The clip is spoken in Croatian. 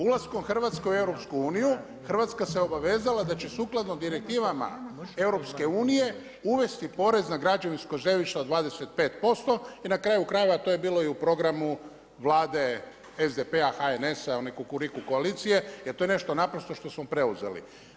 Ulaskom Hrvatske u EU, Hrvatska se obavezala da će sukladno direktivama EU-a, uvesti porez na građevinsko zemljište od 25% i na kraju krajeva to je bilo i u programu Vlade SDP-a, HNS-a, Kukuriku koalicije je to nešto naprosto što smo preuzeli.